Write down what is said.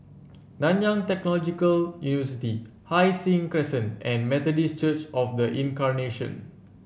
Nanyang Technological University Hai Sing Crescent and Methodist Church Of The Incarnation